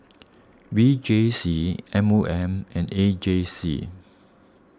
V J C M O M and A J C